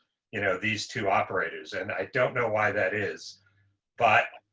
you know, these two operators and i don't know why that is but